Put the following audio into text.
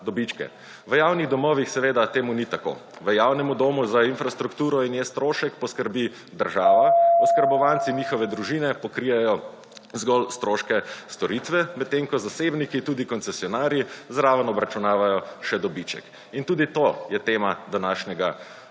V javnih domovih seveda temu ni tako. V javnem domu za infrastrukturo in njen strošek poskrbi država, / znak za konec razprave/ oskrbovanci in njihove družine pokrijejo zgolj stroške storitve, medtem ko zasebniki, tudi koncesionarji, zraven obračunavajo še dobiček. In tudi to je tema današnje seje